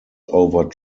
over